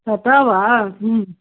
तथा वा